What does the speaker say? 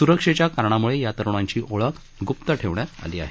सुरक्षेच्या कारणामुळे या तरुणांची ओळख गुप्त ठेवण्यात आली आहे